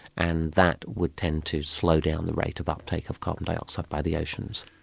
and that would tend to slow down the rate of uptake of carbon dioxide by the oceans.